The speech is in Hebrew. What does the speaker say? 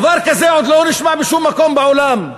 דבר כזה עוד לא נשמע בשום מקום בעולם.